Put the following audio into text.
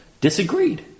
disagreed